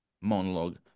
Monologue